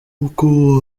nuko